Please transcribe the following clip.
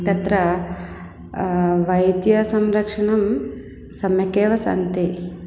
दत्र वैद्यसंरक्षणं सम्यगेव सन्ति